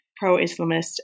pro-Islamist